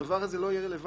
הדבר הזה לא יהיה רלוונטי.